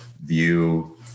view